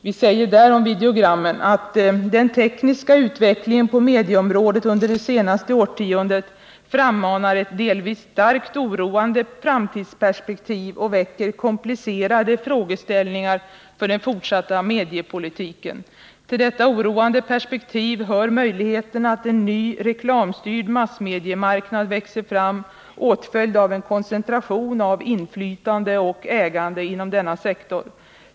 Vi säger där om videogrammen: ”Den tekniska utvecklingen på medieområdet under det senaste årtiondet frammanar ett delvis starkt oroande framtidsperspektiv och väcker komplicerade frågeställningar för den fortsatta mediepolitiken. Till detta oroande perspektiv hör möjligheten att en ny, reklamstyrd massmediemarknad växer fram åtföljd av en koncentration av inflytande och ägande inom denna sektor.